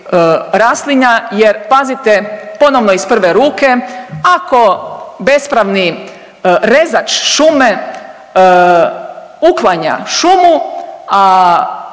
raslinja jer pazite, ponovno iz prve ruke, ako bespravni rezač šume uklanja šumu, a